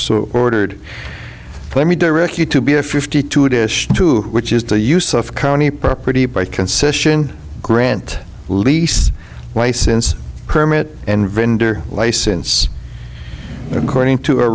so ordered let me direct you to be a fifty two dish which is the use of county property by concession grant lease license permit and vendor license according to